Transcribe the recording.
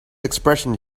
expression